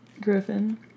Griffin